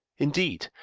indeed,